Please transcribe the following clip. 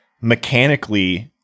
mechanically